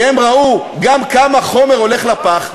כי הן ראו גם כמה חומר הולך לפח,